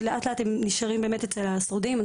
שלאט-לאט נשארים אצל השורדים.